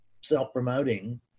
self-promoting